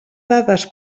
dades